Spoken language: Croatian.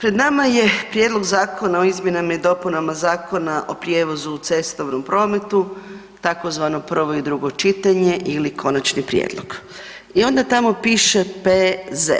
Pred nama je Prijedlog zakona o izmjenama i dopunama Zakona o prijevozu u cestovnom prometu tzv. prvo i drugo čitanje ili konačni prijedlog i onda tamo piše P.Z.,